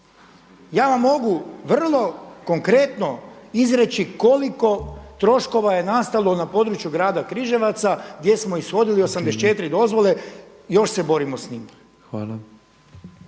Ja vam mogu vrlo konkretno izreći koliko troškova je nastalo na području grada Križevaca gdje smo ishodili 84 dozvole, još se borimo sa njima.